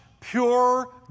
pure